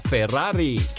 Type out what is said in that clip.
Ferrari